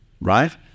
right